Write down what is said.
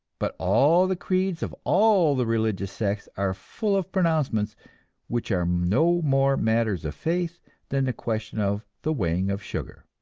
but all the creeds of all the religious sects are full of pronouncements which are no more matters of faith than the question of the weighing of sugar.